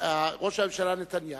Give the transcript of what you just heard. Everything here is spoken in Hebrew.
ראש הממשלה נתניהו,